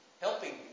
Helping